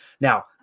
Now